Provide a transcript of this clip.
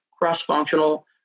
cross-functional